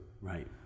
Right